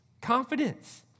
confidence